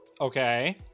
Okay